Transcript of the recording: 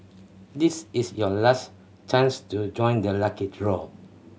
this is your last chance to join the lucky draw